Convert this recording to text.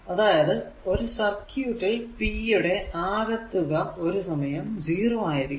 അതായതു ഒരു സർക്യൂട് ൽ p യുടെ അകെ തുക ഒരു സമയം 0 ആയിരിക്കണം